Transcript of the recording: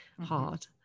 hard